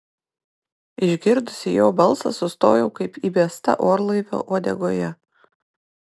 išgirdusi jo balsą sustojau kaip įbesta orlaivio uodegoje